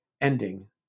ending